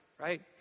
right